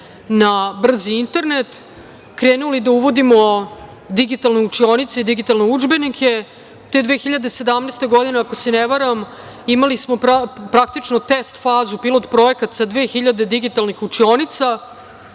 na brzi internet, krenuli da uvodimo digitalne učionice i digitalne udžbenike. Te 2017. godine, ako se ne varam, imali smo praktično test fazu, pilot projekat sa 2.000 digitalnih učionica.